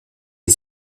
est